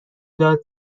داد